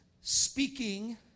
speaking